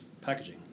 packaging